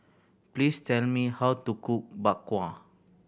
please tell me how to cook Bak Kwa